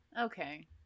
Okay